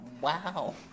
Wow